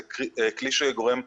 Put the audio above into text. זה כלי שגורם פציעות.